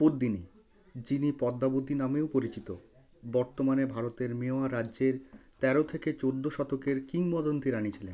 পদ্মিনী যিনি পদ্মাবতী নামেও পরিচিত বর্তমানে ভারতের মেওয়ার রাজ্যের তেরো থেকে চোদ্দো শতকের কিংবদন্তি রানী ছিলেন